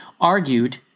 argued